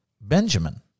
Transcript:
Benjamin